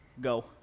go